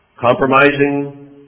Compromising